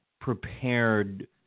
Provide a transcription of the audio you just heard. prepared –